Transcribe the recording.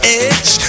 edge